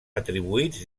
atribuïts